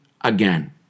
again